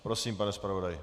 Prosím, pane zpravodaji.